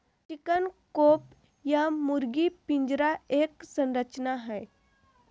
chicken coop या मुर्गी पिंजरा एक संरचना हई,